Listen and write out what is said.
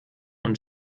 und